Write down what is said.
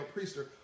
Priester